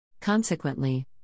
Consequently